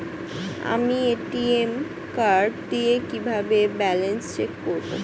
আমি ATM card দিয়ে কিভাবে ব্যালেন্স চেক করব?